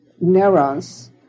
neurons